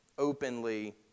openly